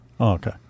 okay